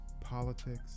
politics